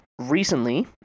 Recently